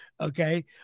Okay